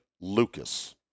Lucas